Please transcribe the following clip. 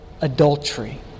adultery